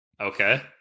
Okay